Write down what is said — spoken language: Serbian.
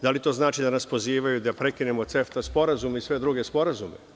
Da li to znači da nas pozivaju da prekinemo CEFTA Sporazum i sve druge sporazume?